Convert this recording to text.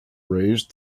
raised